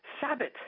Sabbath